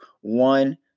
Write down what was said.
one